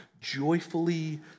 joyfully